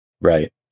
Right